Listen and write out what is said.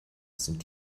sind